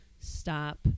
stop